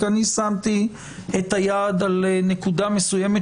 כי אני שמתי את היד על נקודה מסוימת,